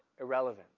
irrelevant